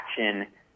action